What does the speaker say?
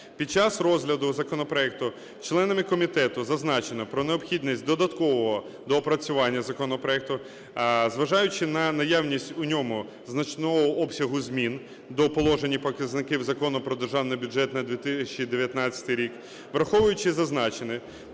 Під час розгляду законопроекту членами комітету зазначено про необхідність додаткового доопрацювання законопроекту, зважаючи на наявність у ньому значного обсягу змін до положень і показників Закону про Державний бюджет на 2019 рік. Враховуючи зазначене